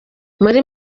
muri